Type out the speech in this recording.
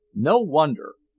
no wonder!